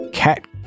Cat